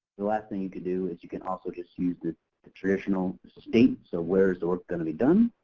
the last thing you could do is you can also just use the the traditional state, so where is the work going to be done?